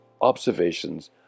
observations